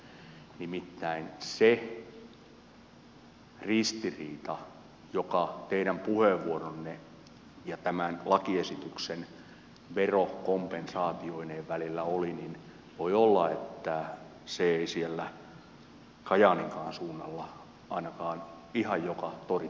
nimittäin voi olla että se ristiriita joka teidän puheenvuoronne ja tämän lakiesityksen verokompensaatioineen välillä oli ei siellä kajaaninkaan suunnalla ainakaan ihan joka toritilaisuudessa toimi